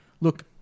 look